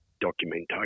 documentation